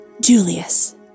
Julius